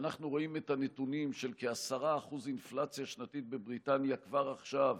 אנחנו רואים את הנתונים של כ-10% אינפלציה שנתית בבריטניה כבר עכשיו,